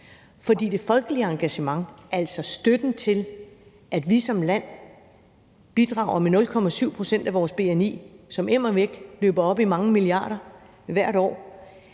så det folkelige engagement, altså støtten og opbakningen til, at vi som land bidrager med 0,7 pct. af vores bni, hvilket immervæk løber op i mange milliarder hvert år,